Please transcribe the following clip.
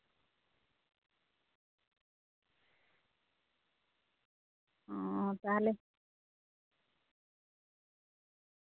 ᱚ ᱛᱟᱦᱞᱮ